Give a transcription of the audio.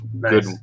good